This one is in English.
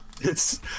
It's-